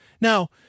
Now